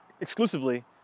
exclusively